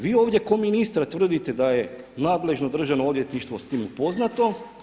Vi ovdje kao ministar tvrdite da je nadležno Državno odvjetništvo s tim upoznato.